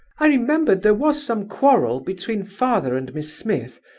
i remembered there was some quarrel between father and miss smith,